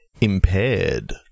Impaired